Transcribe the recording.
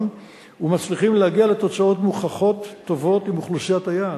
ומצליחים להגיע לתוצאות מוכחות טובות עם אוכלוסיית היעד.